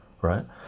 right